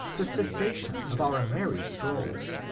the cessation of our merry strolls.